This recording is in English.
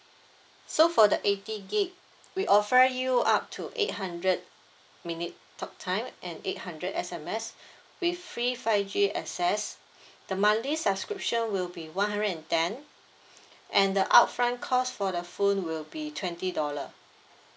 so for the eighty gig we offer you up to eight hundred minute talk time and eight hundred S_M_S with free five G access the monthly subscription will be one hundred and ten and the upfront cost for the phone will be twenty dollar